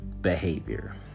behavior